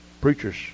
Preachers